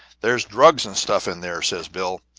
there's drugs and stuff in there, said bill.